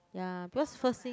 ya because first thing